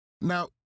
now